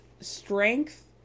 strength